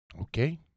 Okay